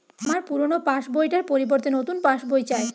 আমার পুরানো পাশ বই টার পরিবর্তে নতুন পাশ বই চাই